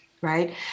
Right